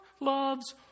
loves